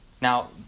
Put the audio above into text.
Now